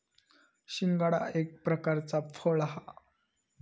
शिंगाडा एक प्रकारचा फळ हा